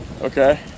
okay